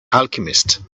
alchemist